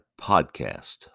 podcast